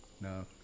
No